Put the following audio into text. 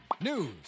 news